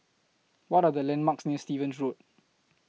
What Are The landmarks near Stevens Road